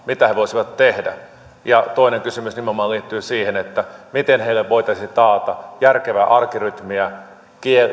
mitä he voisivat tehdä ja toinen kysymys nimenomaan liittyy siihen miten heille voitaisiin taata järkevää arkirytmiä